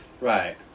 Right